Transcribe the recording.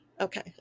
okay